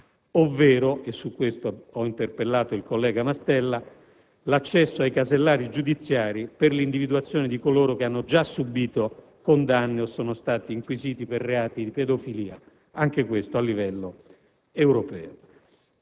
ovvero - e su questo ho interpellato il collega Mastella - l'accesso ai casellari giudiziari per l'individuazione di coloro che hanno già subìto condanne o sono stati inquisiti per reati di pedofilia, anche questo a livello europeo.